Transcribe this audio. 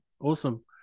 Awesome